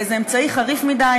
זה אמצעי חריף מדי,